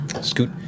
scoot